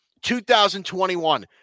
2021